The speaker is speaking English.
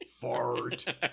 fart